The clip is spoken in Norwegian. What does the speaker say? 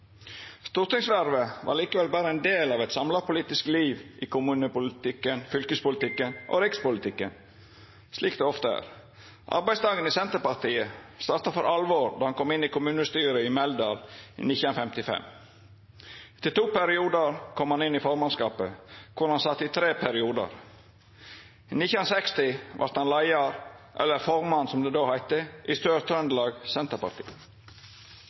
del av eit samla politisk liv i kommunepolitikken, fylkespolitikken og rikspolitikken, slik det ofte er. Arbeidsdagen i Senterpartiet starta for alvor då han kom inn i kommunestyret i Meldal i 1955. Etter to periodar kom han inn i formannskapet, kor han satt i tre periodar. I 1960 vart han leiar, eller formann, som det då heitte, i